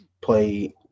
play